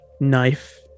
knife